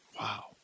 wow